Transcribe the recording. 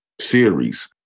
series